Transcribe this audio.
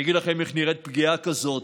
אני אגיד לכם איך נראית פגיעה כזאת.